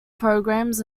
programs